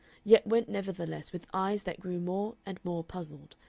yet went nevertheless with eyes that grew more and more puzzled,